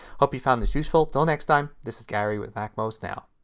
hope you found this useful. until next time this is gary with macmost now.